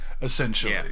Essentially